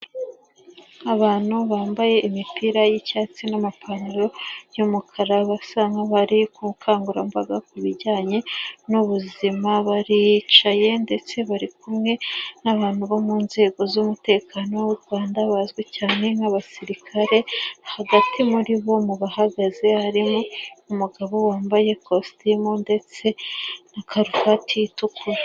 Abantu bambaye imipira y'icyatsi n'amapantaro y'umukara, basa nk'abari mu bukangurambaga ku bijyanye n'ubuzima baricaye ndetse bari kumwe n'abantu bo mu nzego z'umutekano w'u Rwanda bazwi cyane nk'abasirikare, hagati muri bo mu bahagaze harimo umugabo wambaye ikositimu ndetse na karuvati itukura.